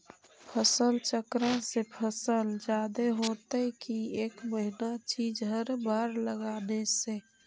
फसल चक्रन से फसल जादे होतै कि एक महिना चिज़ हर बार लगाने से?